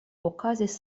okazis